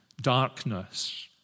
darkness